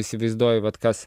įsivaizduoji vat kas